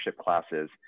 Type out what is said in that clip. classes